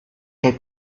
que